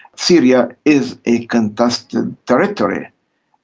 syria is a contested territory.